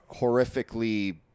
horrifically